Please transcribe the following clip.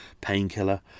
painkiller